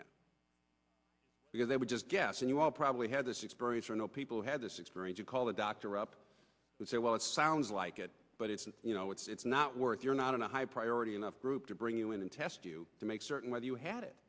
that because they were just guessing you all probably had this experience or know people who had this experience you call the doctor up and say well it sounds like it but it's you know it's not work you're not in a high priority enough group to bring you in and test you to make certain whether you had it